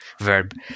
verb